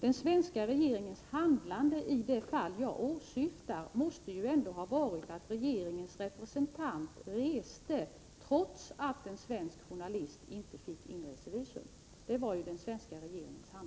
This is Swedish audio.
Den svenska regeringens handlande i det fall jag åsyftar var ju att regeringens representant reste, trots att en svensk journalist inte fick inresevisum.